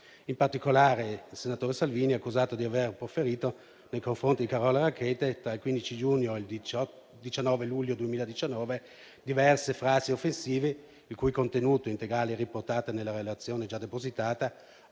In particolare, il senatore Salvini è accusato di aver proferito nei confronti di Carola Rackete, tra il 15 giugno e il 19 luglio 2019, diverse frasi offensive il cui contenuto integrale è riportato nella relazione già depositata,